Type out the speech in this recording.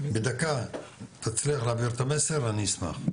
בדקה תצליח להעביר את המסר אני אשמח.